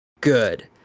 good